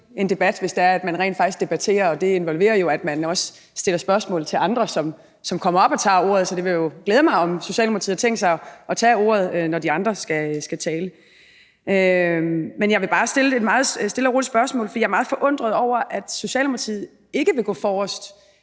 en debat, hvis man rent faktisk debatterer. Og det involverer jo, at man også stiller spørgsmål til andre, som kommer op og tager ordet. Så det vil jo glæde mig, hvis Socialdemokratiet har tænkt sig at tage ordet, når de andre skal tale. Jeg vil bare stille et meget stille og roligt spørgsmål. Jeg er meget forundret over, at Socialdemokratiet ikke vil gå forrest